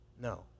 No